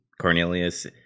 Cornelius